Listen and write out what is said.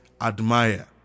admire